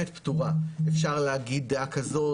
אפשר להגיד דעה כזאת,